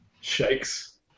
Shakes